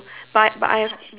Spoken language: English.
but but I